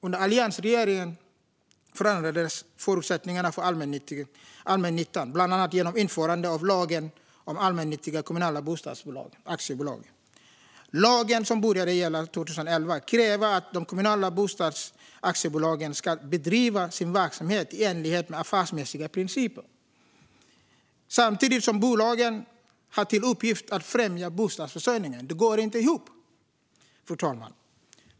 Under alliansregeringen förändrades förutsättningarna för allmännyttan bland annat genom införandet av lagen om allmännyttiga kommunala bostadsaktiebolag. Lagen, som började gälla 2011, kräver att de kommunala bostadsaktiebolagen ska bedriva sin verksamhet i enlighet med affärsmässiga principer. Samtidigt har bolagen till uppgift att främja bostadsförsörjningen. Det går inte ihop, fru talman.